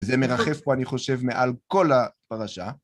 זה מרחף פה אני חושב מעל כל הפרשה.